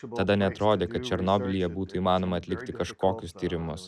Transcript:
tada neatrodė kad černobylyje būtų įmanoma atlikti kažkokius tyrimus